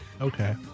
Okay